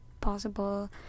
possible